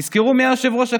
יזכרו מי היה יושב-ראש הכנסת.